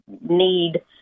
need